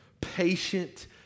patient